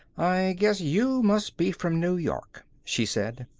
i guess you must be from new york, she said.